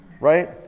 right